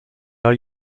are